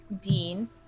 Dean